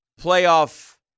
playoff